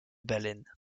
baleines